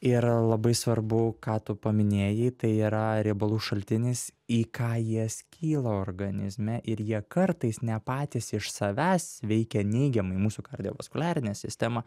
ir labai svarbu ką tu paminėjai tai yra riebalų šaltinis į ką jie skyla organizme ir jie kartais ne patys iš savęs veikia neigiamai mūsų kardiovaskuliarinę sistemą